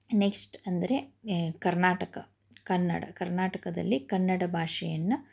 next ಅಂದರೆ ಕರ್ನಾಟಕ ಕನ್ನಡ ಕರ್ನಾಟಕದಲ್ಲಿ ಕನ್ನಡ ಭಾಷೆಯನ್ನು